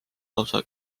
lausa